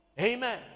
Amen